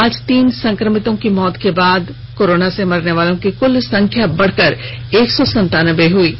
आज तीन संक्रमितों की मौत के बाद राज्य में कोरोना से मरने वालों की कुल संख्या बढ़कर एक सौ संतानबे हो गई है